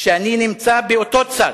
שאני נמצא באותו צד